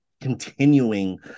continuing